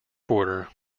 border